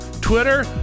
Twitter